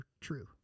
true